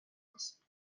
است